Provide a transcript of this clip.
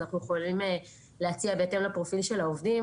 אנחנו יכולים להציע בהתאם לפרופיל של העובדים